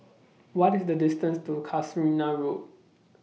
What IS The distance to Casuarina Road